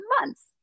months